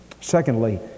Secondly